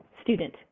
student